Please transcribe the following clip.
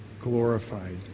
glorified